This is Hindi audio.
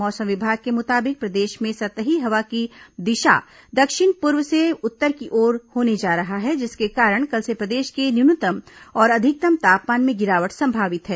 मौसम विभाग के मुताबिक प्रदेश में सतही हवा की दिशा दक्षिण पूर्व से उत्तर की ओर होने जा रहा है जिसके कारण कल से प्रदेश के न्यूनतम और अधिकतम तापमान में गिरावट संभावित है